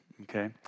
okay